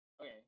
Okay